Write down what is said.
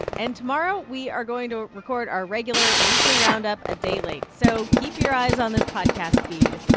and tomorrow we are going to record our regular weekly roundup a day late. so keep your eyes on this podcast feed.